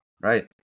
Right